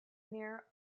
near